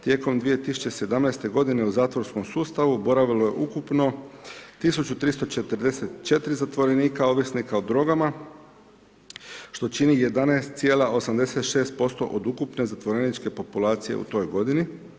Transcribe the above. Tijekom 2017. godine u zatvorskom sustavu boravilo je ukupno 1344 zatvorenika ovisnika o drogama što čini 11,86% od ukupne zatvoreničke populacije u toj godini.